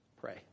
Pray